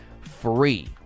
free